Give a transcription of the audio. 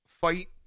fight